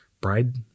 bride